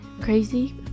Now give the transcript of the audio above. crazy